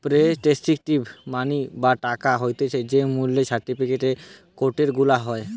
representative money বা টাকা হতিছে যেই মূল্য সার্টিফিকেট, টোকেন গুলার হয়